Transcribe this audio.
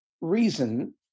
Reason